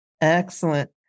Excellent